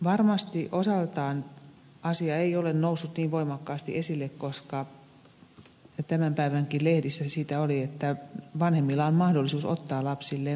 varmasti osaltaan asia ei ole noussut niin voimakkaasti esille tämän päivänkin lehdissä siitä oli koska vanhemmilla on mahdollisuus ottaa lapsilleen vakuutus